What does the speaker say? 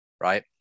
right